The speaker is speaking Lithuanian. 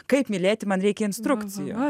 kaip mylėti man reikia instrukcijų